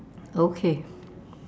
okay